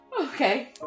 Okay